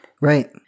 Right